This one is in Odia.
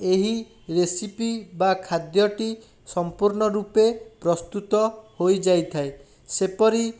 ଏହି ରେସିପି ବା ଖାଦ୍ୟଟି ସମ୍ପୂର୍ଣ୍ଣ ରୂପେ ପ୍ରସ୍ତୁତ ହୋଇଯାଇଥାଏ ସେପରି